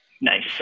Nice